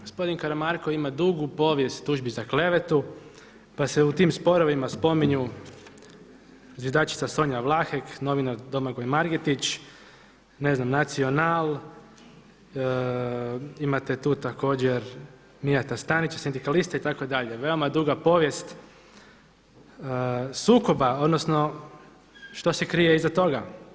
Gospodin Karamarko ima dugu povijest tužbi za klevetu pa se u tim sporovima spominju zviždačica Sonja Vlahek, novinar Domagoj Margetić, ne znam Nacional, imate tu također Mijata Stanića sindikaliste itd. veoma duga povijest sukoba odnosno što se krije iza toga.